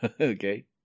Okay